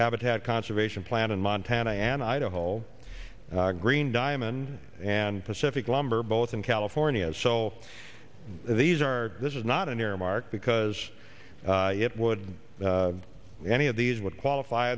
habitat conservation plan in montana and idaho all green diamond and pacific lumber both in california so these are this is not an earmark because it would be any of these would qualify